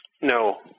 no